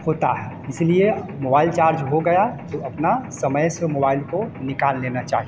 होता है इसलिए मोबाइल चार्ज हो गया तो अपना समय से मोबाइल को निकाल लेना चाहिए